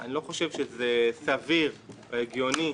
אני לא חושב שזה לא סביר או הגיוני